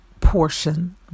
portion